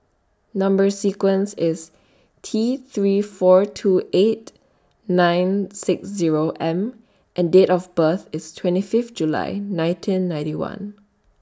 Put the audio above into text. Number sequence IS T three four two eight nine six Zero M and Date of birth IS twenty Fifth July nineteen ninety one